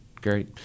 great